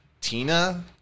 Tina